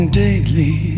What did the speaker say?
daily